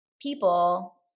people